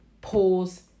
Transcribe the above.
pause